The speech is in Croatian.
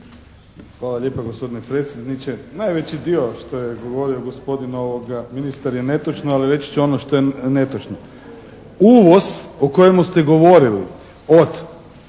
Hvala lijepa gospodine predsjedniče. Najveći dio što je govorio gospodin ministar je netočno, ali reći ću ono što je netočno. Uvoz o kojemu ste govorili od